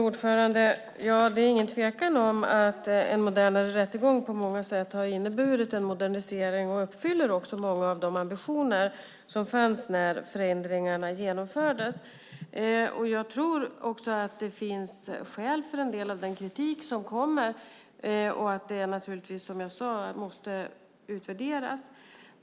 Fru talman! Det är ingen tvekan om att en modernare rättegång på många sätt har inneburit en modernisering och uppfyller många av de ambitioner som fanns när förändringarna genomfördes. Jag tror också att det finns skäl för en del av den kritik som kommer och att detta, som jag sade, måste utvärderas.